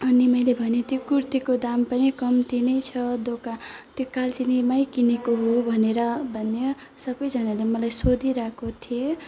अनि मैले भनेँ त्यो कुर्तीको दाम पनि कम्ती नै छ दोकान त्यो कालचिनीमै किनेको हो भनेर भनेँ सबैजनाले मलाई सोधिरहेको थिए